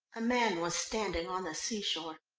a man was standing on the sea shore,